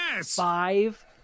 five